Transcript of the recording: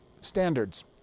standards